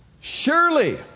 Surely